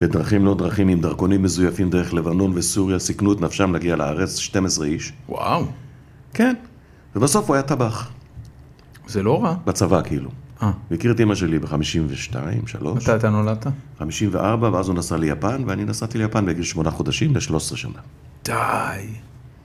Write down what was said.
בדרכים לא דרכים עם דרכונים מזויפים דרך לבנון וסוריה סיכנו את נפשם להגיע לארץ, 12 איש וואו כן ובסוף הוא היה טבח זה לא רע בצבא כאילו אה מכיר את אמא שלי ב-52, 53 מתי אתה נולדת? 54 ואז הוא נסע ליפן ואני נסעתי ליפן בגלל 8 חודשים ל-13 שנה די